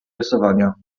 rysowania